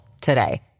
today